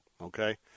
okay